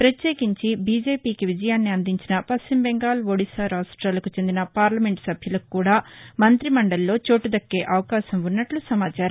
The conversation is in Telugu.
ప్రత్యేకించి బీజేపీకి విజయాన్ని అందించిన పశ్చిమబెంగాల్ ఒడిషా రాష్ట్రాలకు చెందిన పార్లమెంట్ సభ్యులకు కూడా మంగ్రి మండలిలో చోటుదక్కే అవకాశం ఉన్నట్లు సమాచారం